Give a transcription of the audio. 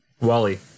Wally